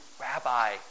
rabbi